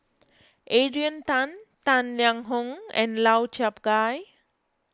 Adrian Tan Tang Liang Hong and Lau Chiap Khai